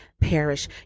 perish